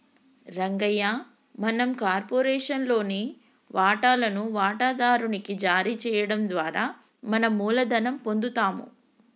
రంగయ్య మనం కార్పొరేషన్ లోని వాటాలను వాటాదారు నికి జారీ చేయడం ద్వారా మనం మూలధనం పొందుతాము